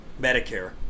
Medicare